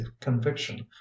conviction